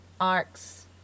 arcs